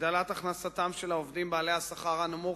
הגדלת הכנסתם של העובדים בעלי השכר הנמוך